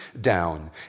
down